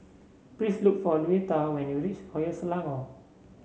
please look for Louetta when you reach Royal Selangor